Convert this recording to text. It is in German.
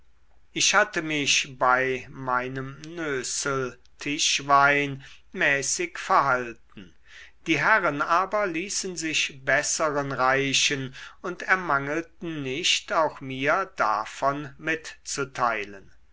ich hatte mich bei meinem nößel tischwein mäßig verhalten die herren aber ließen sich besseren reichen und ermangelten nicht auch mir davon mitzuteilen